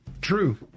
true